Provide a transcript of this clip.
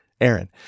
Aaron